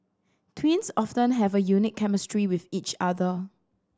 twins often have a unique chemistry with each other